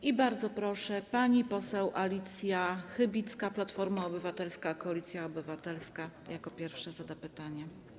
I bardzo proszę, pani poseł Alicja Chybicka, Platforma Obywatelska - Koalicja Obywatelska jako pierwsza zada pytanie.